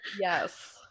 yes